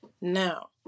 Now